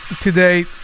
today